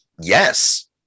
Yes